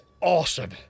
awesome